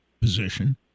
position